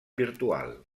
virtual